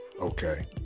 Okay